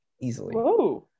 easily